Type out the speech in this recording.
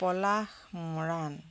Palash Moran